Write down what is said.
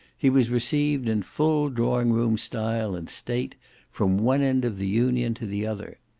he was received in full drawing-room style and state from one end of the union to the other.